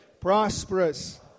prosperous